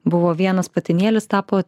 buvo vienas patinėlis tapo